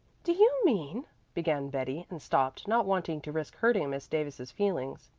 do you mean began betty and stopped, not wanting to risk hurting miss davis's feelings.